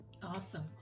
Awesome